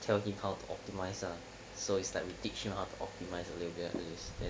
tell him how to optimise ah so it's like we teach him how to optimise a little bit after this then